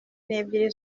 n’ebyiri